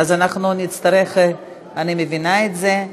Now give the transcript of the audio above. אני מבינה את זה.